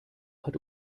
hat